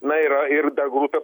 na yra ir dar grupė